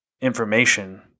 information